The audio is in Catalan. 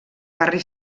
barri